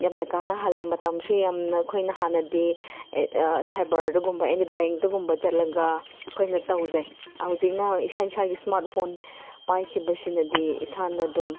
ꯌꯥꯝꯅ ꯀꯥꯟꯅꯍꯜꯂꯦ ꯃꯇꯝꯁꯨ ꯌꯥꯝꯅ ꯑꯩꯈꯣꯏꯅ ꯍꯥꯟꯅꯗꯤ ꯁꯥꯏꯕꯔꯗꯒꯨꯝꯕ ꯑꯦꯅꯤ ꯕꯦꯡꯇꯒꯨꯝꯕ ꯆꯠꯂꯒ ꯑꯩꯈꯣꯏꯅ ꯇꯧꯖꯩ ꯍꯧꯖꯤꯛꯅ ꯏꯁꯥ ꯏꯁꯥꯒꯤ ꯏꯁꯃꯥꯔꯠ ꯐꯣꯟ ꯄꯥꯏꯈꯤꯕꯁꯤꯅꯗꯤ ꯏꯁꯥꯅ ꯑꯗꯨꯝ